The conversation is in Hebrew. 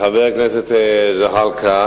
לחבר הכנסת זחאלקה,